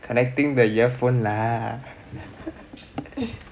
connecting the earphone lah